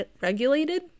regulated